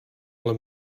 ale